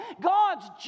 God's